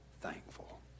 thankful